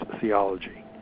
theology